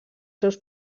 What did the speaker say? seus